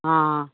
ਹਾਂ